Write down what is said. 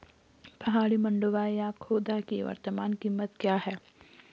पहाड़ी मंडुवा या खोदा की वर्तमान कीमत क्या है?